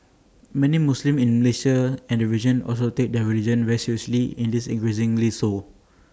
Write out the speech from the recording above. many Muslims in Malaysia and the region also take their religion very seriously and this increasingly so